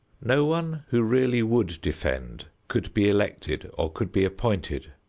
no one who really would defend could be elected or could be appointed,